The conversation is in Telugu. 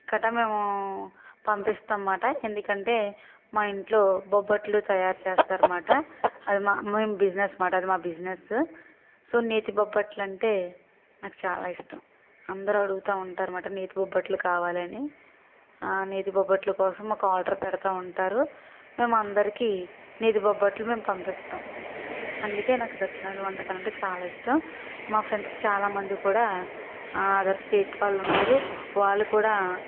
కట్టా మేము పంపిస్తాంమాట ఎందుకంటే మా ఇంట్లో బొబ్బట్లు తయారు చేస్తారుమాట అది మా అమ్మమ్మ బిజినెస్ బిజినెస్ సో నేతి బొబ్బట్లు అంటే నాకు చాలా ఇష్టం అందరూ అడుగుతా ఉంటారు అనమాట నేతి బొబ్బట్లు కావాలి అని ఆ నేతి బొబ్బట్లో కోసం మాకు ఆర్డర్ పెడుతూ ఉంటారు మేము అందరికీ నేతి బొబ్బట్లు మేము పంపిస్తాం అందుకే నాకు దక్షిణాది వంటకాలు అంటే చాలా ఇష్టం మా ఫ్రెండ్స్ చాలామంది కూడా అదర్ స్టేట్ వాళ్ళు ఉన్నారు వాళ్ళు కూడా